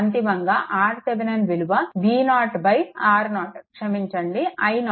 అంతిమంగా RThevenin విలువ V0 R0 క్షమించండి i0